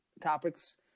topics